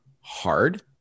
hard